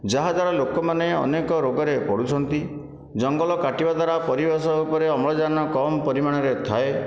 ଯାହାଦ୍ୱାରା ଲୋକମାନେ ଅନେକ ରୋଗରେ ପଡ଼ୁଛନ୍ତି ଜଙ୍ଗଲ କାଟିବା ଦ୍ୱାରା ପରିବେଶ ଉପରେ ଅମ୍ଳଜାନ କମ ପରିମାଣରେ ଥାଏ